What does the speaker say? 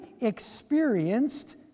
experienced